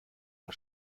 der